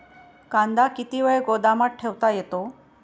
कांदा किती वेळ गोदामात ठेवता येतो?